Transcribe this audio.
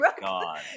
god